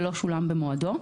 שלא שולם במועדו,